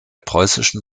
preußischen